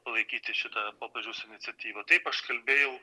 palaikyti šitą popiežiaus iniciatyvą taip aš kalbėjau